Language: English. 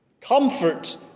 Comfort